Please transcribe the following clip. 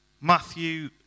Matthew